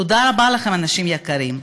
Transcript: תודה רבה לכם, אנשים יקרים.